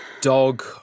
dog